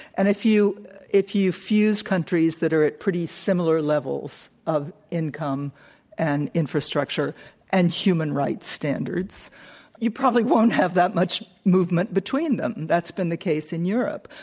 and if you if you fuse countries that are at pretty similar levels of income and infrastructure and human rights standards, then you probably won't have that much movement between them. that's been the case in europe.